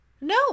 No